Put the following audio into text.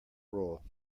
roll